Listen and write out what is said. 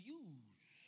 use